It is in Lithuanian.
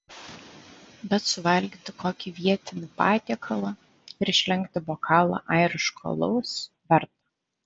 bet suvalgyti kokį vietinį patiekalą ir išlenkti bokalą airiško alaus verta